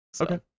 Okay